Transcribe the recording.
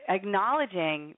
acknowledging